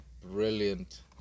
Brilliant